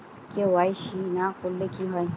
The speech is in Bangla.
কে.ওয়াই.সি না করলে কি হয়?